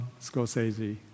Scorsese